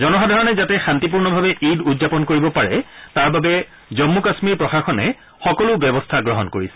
জনসাধাৰণে যাতে শান্তিপূৰ্ণভাৱে ঈদ উদযাপন কৰিব পাৰে তাৰ বাবে জম্মু কাম্মীৰ প্ৰশাসনে সকলো ব্যৱস্থা গ্ৰহণ কৰিছে